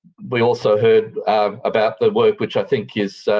we also heard about the work which i think is